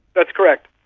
that's correct.